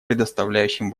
предоставляющим